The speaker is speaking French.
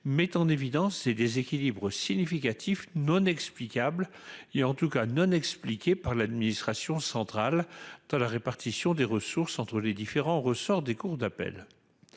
met en lumière des « déséquilibres significatifs non explicables et en tout cas non expliqués par l’administration centrale dans la répartition des ressources entre les différents ressorts des cours d’appel